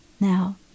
Now